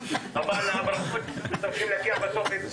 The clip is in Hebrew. שוב.